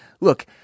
look